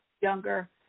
younger